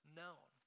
known